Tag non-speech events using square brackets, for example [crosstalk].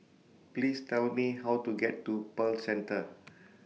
Please Tell Me How to [noise] get to Pearl Centre